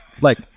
like-